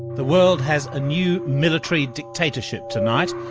the world has a new military dictatorship tonight.